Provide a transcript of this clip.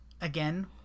again